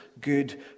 good